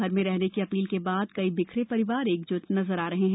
घर में रहने की अपील के बाद कई बिखरे परिवार एक ज्ट नजर आ रहे हैं